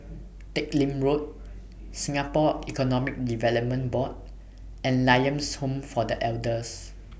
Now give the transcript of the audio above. Teck Lim Road Singapore Economic Development Board and Lions Home For The Elders